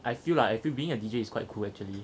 I feel lah I feel being a D_J is quite cool actually